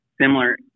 similar